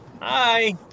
Hi